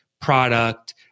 product